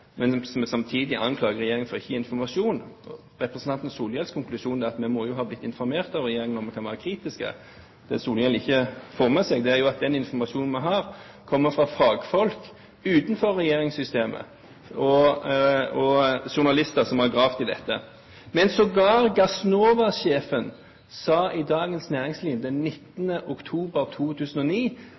vi samtidig anklager regjeringen for ikke å gi informasjon. Representanten Solhjells konklusjon er at vi må jo ha blitt informert av regjeringen når vi kan være kritiske. Det Solhjell ikke får med seg, er at den informasjonen vi har, kommer fra fagfolk utenfor regjeringssystemet og fra journalister som har gravd i dette. Men sågar Gassnova-sjefen sa i Dagens Næringsliv 19. oktober 2009